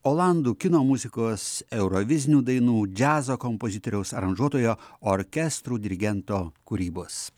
olandų kino muzikos eurovizinių dainų džiazo kompozitoriaus aranžuotojo orkestrų dirigento kūrybos